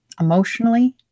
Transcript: emotionally